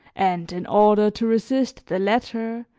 and, in order to resist the latter,